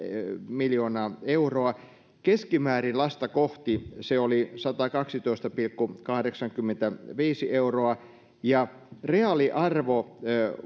miljoonaa euroa keskimäärin lasta kohti se oli satakaksitoista pilkku kahdeksankymmentäviisi euroa ja reaaliarvo